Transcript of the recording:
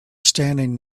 standing